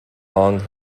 long